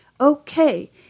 Okay